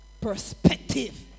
perspective